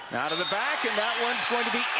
out of the back and that one's going to be